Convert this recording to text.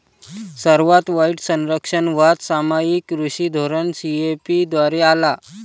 सर्वात वाईट संरक्षणवाद सामायिक कृषी धोरण सी.ए.पी द्वारे आला